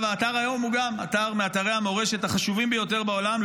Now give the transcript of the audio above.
האתר היום הוא מאתרי המורשת החשובים ביותר בעולם,